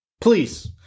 Please